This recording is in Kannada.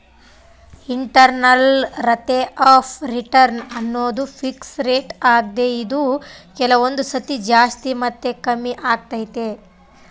ಇಂಟರ್ನಲ್ ರತೆ ಅಫ್ ರಿಟರ್ನ್ ಅನ್ನೋದು ಪಿಕ್ಸ್ ರೇಟ್ ಆಗ್ದೆ ಇದು ಕೆಲವೊಂದು ಸತಿ ಜಾಸ್ತಿ ಮತ್ತೆ ಕಮ್ಮಿಆಗ್ತೈತೆ